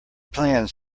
plans